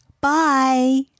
Bye